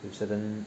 if certain